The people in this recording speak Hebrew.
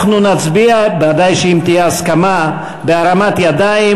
אנחנו נצביע, ודאי שאם תהיה הסכמה, בהרמת ידיים.